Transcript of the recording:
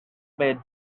bed